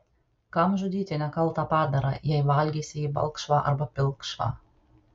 kam žudyti nekaltą padarą jei valgysi jį balkšvą arba pilkšvą